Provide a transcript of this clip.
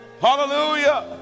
Hallelujah